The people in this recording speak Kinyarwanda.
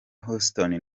houston